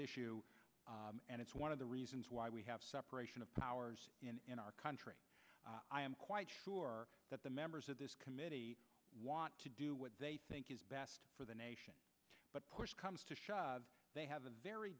issue and it's one of the reasons why we have separation of powers in our country i am quite sure that the members of this committee want to do what they think is best for the nation but push comes to shove they have a very